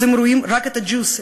אז הם רואים רק את ה-juice,